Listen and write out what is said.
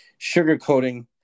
sugarcoating